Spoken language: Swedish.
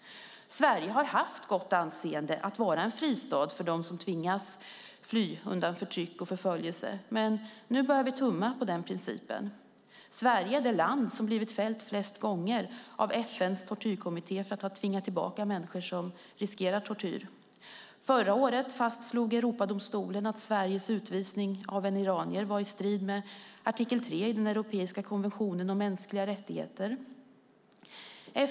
Sverige har haft ett gott anseende som en fristad för dem som tvingas fly undan förtryck och förföljelse, men nu börjar vi tumma på den principen. Sverige är det land som har blivit fällt flest gånger av FN:s tortyrkommitté för att ha tvingat tillbaka människor som riskerar tortyr. Förra året fastslog Europadomstolen att Sveriges utvisning av en iranier stod i strid med artikel 3 i den europeiska konventionen om mänskliga rättigheter.